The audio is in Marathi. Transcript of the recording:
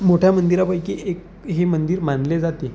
मोठ्या मंदिरापैकी एक हे मंदिर मानले जाते